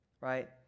right